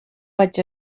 vaig